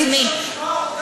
אני לא שומעת את עצמי.